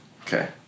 Okay